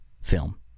film